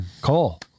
Cole